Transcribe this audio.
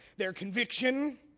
their conviction,